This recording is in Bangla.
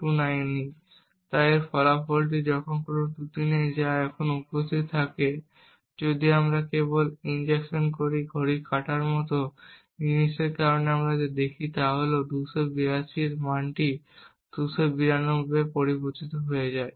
তাই এই ফলাফলটি যখন কোনও ত্রুটি নেই যা এখন উপস্থিত থাকে যদি আমরা কেবল ইনজেকশন করি ঘড়ির কাঁটার মতো জিনিসের কারণে আমরা যা দেখি তা হল 282 এর এই মানটি 292 এ পরিবর্তিত হয়ে যায়